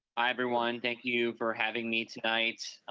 hi, everyone, thank you for having me tonight.